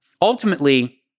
Ultimately